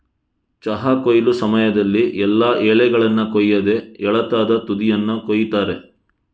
ಚಹಾ ಕೊಯ್ಲು ಸಮಯದಲ್ಲಿ ಎಲ್ಲಾ ಎಲೆಗಳನ್ನ ಕೊಯ್ಯದೆ ಎಳತಾದ ತುದಿಯನ್ನ ಕೊಯಿತಾರೆ